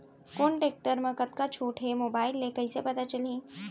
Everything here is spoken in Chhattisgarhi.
कोन टेकटर म कतका छूट हे, मोबाईल ले कइसे पता चलही?